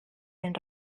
den